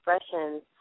Expressions